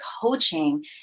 coaching